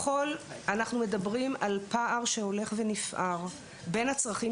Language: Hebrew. אנחנו מדברים על פער שהולך ונפער בין הצרכים